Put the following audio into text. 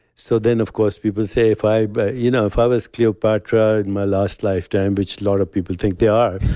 so then of course people say, if i but you know if i was cleopatra in my last lifetime, which a lot of people think they are,